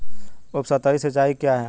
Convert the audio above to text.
उपसतही सिंचाई क्या है?